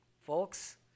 folks